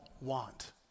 want